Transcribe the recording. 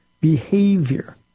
behavior